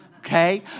Okay